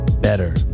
better